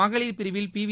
மகளிர் பிரிவில் பிவி